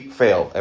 fail